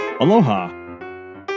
Aloha